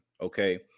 okay